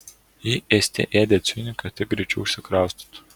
ji ėste ėdė ciunį kad tik greičiau išsikraustytų